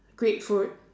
great food